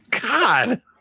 God